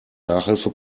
nachhilfe